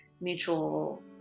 mutual